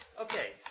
Okay